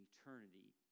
eternity